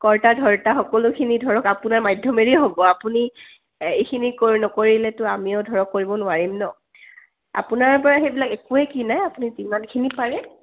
কৰ্তা ধৰ্তা সকলোখিনি ধৰক আপোনাৰ মাধ্যমেৰেই হ'ব আপুনি এইখিনি নকৰিলেতো আমিও ধৰক কৰিব নোৱাৰিম ন আপোনাৰপৰা সেইবিলাক একোৱে কি নাই আপুনি যিমানখিনি পাৰে